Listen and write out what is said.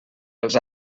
els